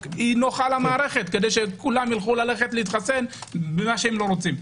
- נוחה למערכת כדי שכולם יוכלו ללכת להתחסן כשהם לא רוצים.